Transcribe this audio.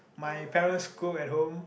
my parents cook at home